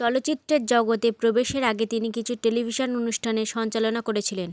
চলচ্চিত্রের জগতে প্রবেশের আগে তিনি কিছু টেলিভিশান অনুষ্ঠানে সঞ্চালনা করেছিলেন